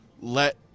let